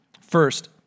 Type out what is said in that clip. First